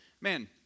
man